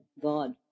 God